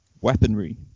Weaponry